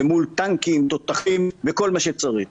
למול טנקים ותותחים וכל מה שצריך,